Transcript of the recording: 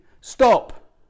stop